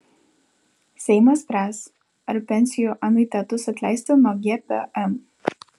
seimas spręs ar pensijų anuitetus atleisti nuo gpm